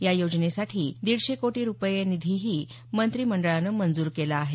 या योजनेसाठी दीडशे कोटी रुपये निधीही मंत्रिमंडळाने मंजूर केला आहे